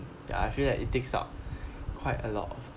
ya I feel like it takes up quite a lot of